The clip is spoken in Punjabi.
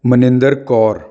ਮਨਿੰਦਰ ਕੌਰ